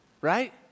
right